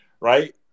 Right